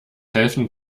helfen